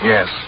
Yes